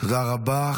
תודה רבה.